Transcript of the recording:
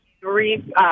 three